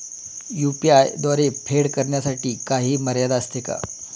UPI द्वारे फेड करण्यासाठी काही मर्यादा असते का?